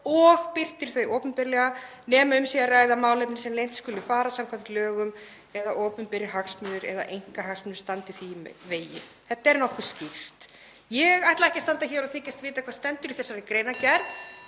og birtir opinberlega nema um sé að ræða málefni sem leynt skal fara samkvæmt lögum eða opinberir hagsmunir eða einkahagsmunir standi því í vegi …“ Þetta er nokkuð skýrt. Ég ætla ekki að standa hér og þykjast vita hvað stendur í þessari greinargerð